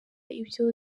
ibyo